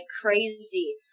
crazy